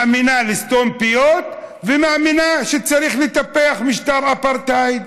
מאמינה בלסתום פיות ומאמינה שצריך לטפח משטר אפרטהייד.